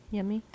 Yummy